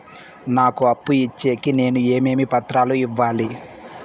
నాకు అప్పు ఇచ్చేకి నేను ఏమేమి పత్రాలు ఇవ్వాలి